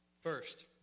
First